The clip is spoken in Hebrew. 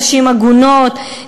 נשים עגונות,